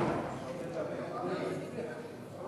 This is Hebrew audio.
יש לך עד